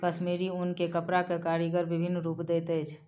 कश्मीरी ऊन के कपड़ा के कारीगर विभिन्न रूप दैत अछि